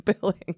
billing